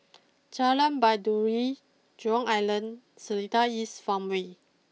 Jalan Baiduri Jurong Island Seletar East Farmway